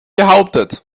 behauptet